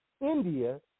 India